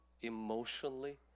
emotionally